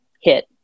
hit